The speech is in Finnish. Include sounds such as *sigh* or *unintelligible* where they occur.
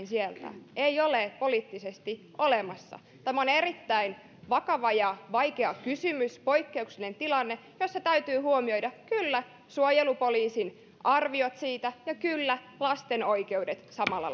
*unintelligible* sieltä ei ole poliittisesti olemassa tämä on erittäin vakava ja vaikea kysymys poikkeuksellinen tilanne jossa täytyy huomioida kyllä suojelupoliisin arviot siitä ja kyllä lasten oikeudet samalla *unintelligible*